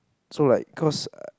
so like cause err